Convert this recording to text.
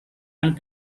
and